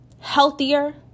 healthier